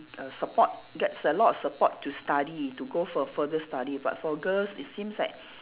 a support that's a lot of support to study to go for further study but for girls it seems like